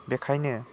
बेखायनो